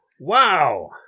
Wow